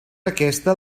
aquesta